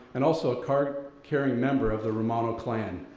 and also a card carrying member of the romano clan,